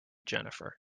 jennifer